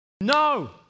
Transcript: No